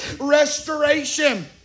restoration